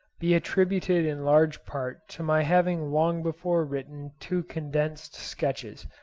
be attributed in large part to my having long before written two condensed sketches,